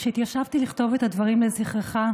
כשהתיישבתי לכתוב את הדברים לזכרך,